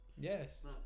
Yes